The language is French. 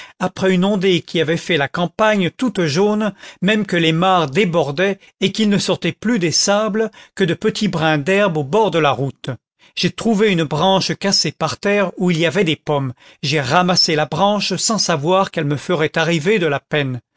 après une ondée qui avait fait la campagne toute jaune même que les mares débordaient et qu'il ne sortait plus des sables que de petits brins d'herbe au bord de la route j'ai trouvé une branche cassée par terre où il y avait des pommes j'ai ramassé la branche sans savoir qu'elle me ferait arriver de la peine